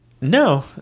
No